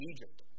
Egypt